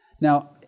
Now